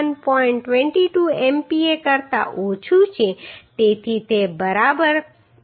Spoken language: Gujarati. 22 MPa કરતા ઓછું છે તેથી તે બરાબર છે